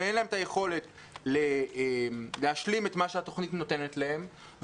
ואין להם את היכולת להשלים את מה שהתוכנית נותנת להם,